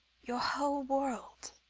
your whole world.